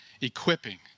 equipping